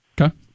Okay